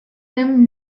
them